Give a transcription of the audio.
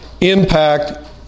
impact